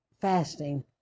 fasting